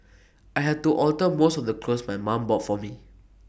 I had to alter most of the clothes my mum bought for me